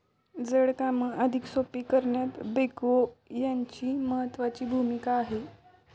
जड काम अधिक सोपे करण्यात बेक्हो यांची महत्त्वाची भूमिका आहे